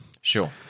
sure